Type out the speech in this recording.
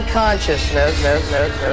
consciousness